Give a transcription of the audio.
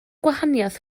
gwahaniaeth